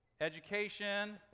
Education